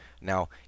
Now